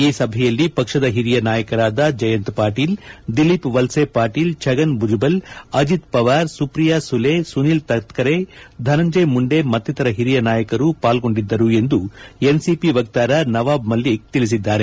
ಈ ಸಭೆಯಲ್ಲಿ ಪಕ್ಕದ ಹಿರಿಯ ನಾಯಕರಾದ ಜಯಂತ್ ಪಾಟೀಲ್ ದಿಲೀಪ್ ವಲೆ ಪಾಟೀಲ್ ಛಗನ್ ಬುಜಬಲ್ ಅಜತ್ ಪವಾರ್ ಸುಖಿಯಾ ಸುಲೆ ಸುನೀಲ್ ತತ್ತರೆ ಧನಂಜಯ ಮುಂಡೆ ಮತ್ತಿತರ ಹಿರಿಯ ನಾಯಕರು ಪಾಲ್ಗೊಂಡಿದ್ದರು ಎಂದು ಎನ್ಸಿಪಿ ವಕ್ಷಾರ ನವಾಬ್ ಮಲ್ಲಿಕ್ ತಿಳಿಸಿದ್ದಾರೆ